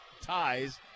ties